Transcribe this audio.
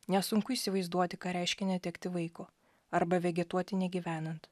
nesunku įsivaizduoti ką reiškia netekti vaiko arba vegetuoti negyvenant